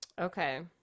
Okay